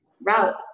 route